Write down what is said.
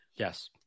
Yes